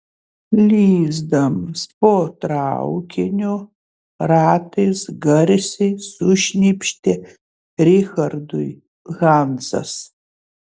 lįsdamas po traukinio ratais garsiai sušnypštė richardui hansas